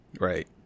Right